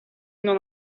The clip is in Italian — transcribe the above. non